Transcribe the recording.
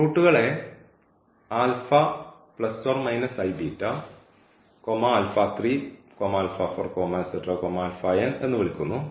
റൂട്ടുകളെ എന്നു വിളിക്കുന്നു